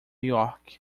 york